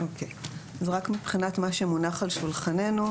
רק מבחינת מה שמונח על שולחננו,